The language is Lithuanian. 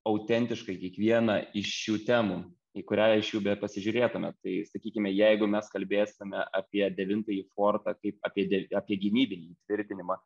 autentiškai kiekvieną iš šių temų į kurią iš jų bepasižiūrėtume tai sakykime jeigu mes kalbėsime apie devintąjį fortą kaip apie apie gynybinį įtvirtinimą